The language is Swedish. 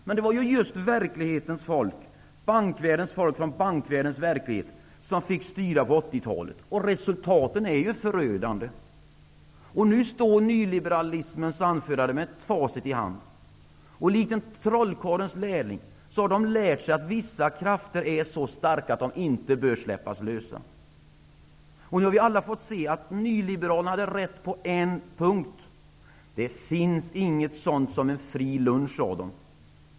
Men det var ju just verklighetens folk, bankvärldens folk, folk från bankvärldens verklighet, som fick styra på 80-talet. Och resultaten är förödande! Nu står nyliberalismens anförare med facit i hand. Likt trollkarlens lärling har de lärt sig att vissa krafter är så starka att de inte bör släppas lösa. Nu har vi alla fått se att nyliberalerna hade rätt på en punkt: Det finns inget sådant som en fri lunch, sade de.